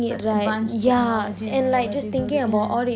such advanced technology and whatever they building ah